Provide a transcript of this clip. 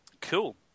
Cool